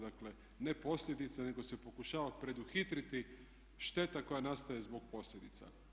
Dakle, ne posljedice nego se pokušava preduhitriti šteta koja nastaje zbog posljedica.